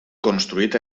construït